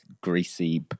greasy